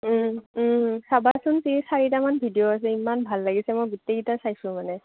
চাবাচোন তিনি চাৰিটামান ভিডিঅ' আছে ইমান ভাল লাগিছে মই গোটেই কেইটা চাইছোঁ মানে